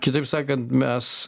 kitaip sakant mes